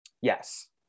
Yes